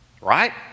right